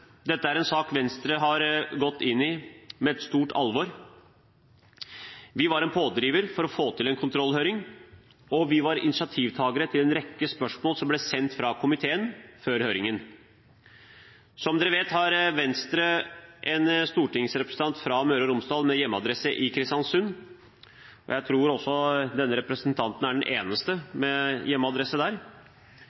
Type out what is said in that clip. Dette er en sak Venstre har gått inn i med et stort alvor. Vi var en pådriver for å få til en kontrollhøring, og vi var initiativtaker til en rekke spørsmål som ble sendt fra komiteen før høringen. Som alle vet, har Venstre en stortingsrepresentant fra Møre og Romsdal med hjemmeadresse i Kristiansund. Jeg tror også denne representanten er den eneste med hjemmeadresse der.